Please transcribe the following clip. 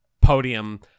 podium